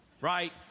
right